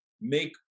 make